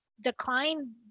decline